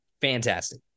Fantastic